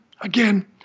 again